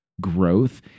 growth